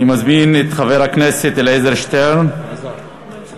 אני מזמין את חבר הכנסת אלעזר שטרן להציג